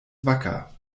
wacker